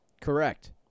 Correct